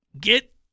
Get